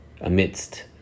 amidst